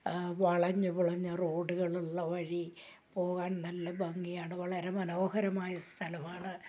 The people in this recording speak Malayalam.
ആ വളഞ്ഞു പുളഞ്ഞ റോഡുകളുളള വഴി പോകാൻ നല്ല ഭംഗിയാണ് വളരെ മനോഹരമായ സ്ഥലമാണ്